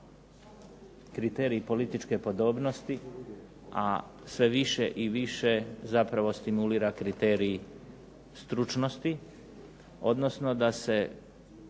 kriterij političke podobnosti, a sve više i više zapravo stimulira kriterij stručnosti odnosno da se